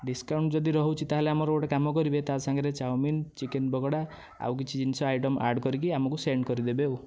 discount ଯଦି ରହୁଛି ତା'ହେଲେ ଆମର ଗୋଟିଏ କାମ କରିବେ ତା' ସାଙ୍ଗରେ ଚାଓମିନ ଚିକେନ ପକୋଡ଼ା ଆଉ କିଛି ଜିନିଷ ଆଇଟମ୍ ଆଡ୍ କରିକି ଆମକୁ ସେଣ୍ଡ୍ କରିଦେବେ ଆଉ